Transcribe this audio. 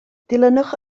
dilynwch